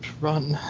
run